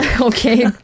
Okay